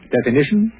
Definition